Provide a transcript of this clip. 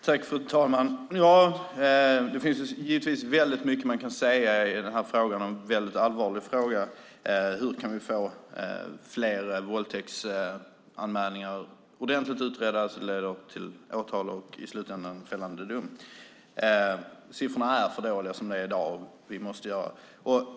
Fru talman! Det finns givetvis mycket man kan säga i den här frågan, en väldigt allvarlig fråga, om hur vi kan få fler våldtäktsanmälningar ordentligt utredda så att de leder till åtal och i slutändan fällande dom. Siffrorna är för dåliga som det är i dag.